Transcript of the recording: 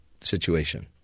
situation